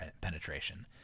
penetration